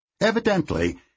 Evidently